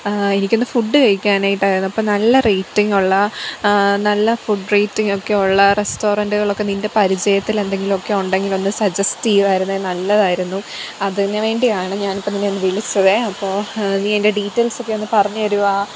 എനിക്കൊന്ന് ഫുഡ് കഴിക്കാനായിട്ടായിരുന്നു അപ്പോൾ നല്ല റേറ്റിംഗുള്ള നല്ല ഫുഡ് റേറ്റിംഗ് ഒക്കെ ഉള്ള റസ്റ്റോറൻ്റുകളൊക്കെ നിൻ്റെ പരിചയത്തിലെന്തെങ്കിലുമൊക്കെ ഉണ്ടെങ്കിലൊന്ന് സജ്ജസ്റ്റ് ചെയ്യുമായിരുന്നെങ്കിൽ നല്ലതായിരുന്നു അതിനുവേണ്ടിയാണ് ഞാനിപ്പോൾ നിന്നെ ഒന്ന് വിളിച്ചതേ അപ്പോൾ നീ അതിൻ്റെ ഡീറ്റെയിൽസ് ഒക്കെ ഒന്ന് പറഞ്ഞു തരികയാണ്